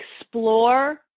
explore